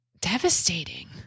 devastating